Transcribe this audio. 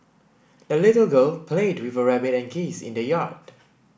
the little girl played with her rabbit and geese in the yard